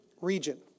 region